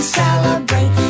celebrate